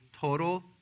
total